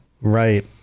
Right